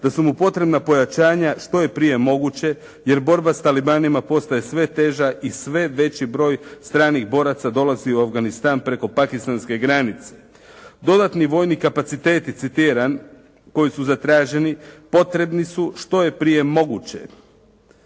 da su mu potrebna pojačanja što je prije moguće jer borba s talibanima postaje sve teža i sve veći broj stranih boraca dolazi u Afganistan preko pakistanske granice. «Dodatni vojni kapaciteti», citiram, «koji su zatraženi potrebni su što je prije moguće».